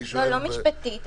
לא, לא משפטי.